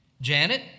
Janet